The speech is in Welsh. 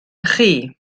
chi